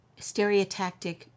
stereotactic